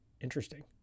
Interesting